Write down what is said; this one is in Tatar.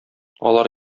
алар